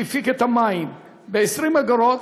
שהפיק את המים ב-20 אגורות,